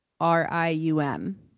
R-I-U-M